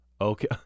Okay